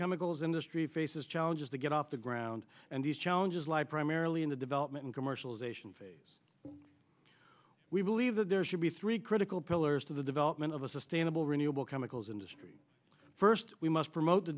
chemicals industry faces challenges to get off the ground and these challenges lie primarily in the development and commercialization phase we believe that there should be three critical pillars to the development of a sustainable renewable chemicals industry first we must promote the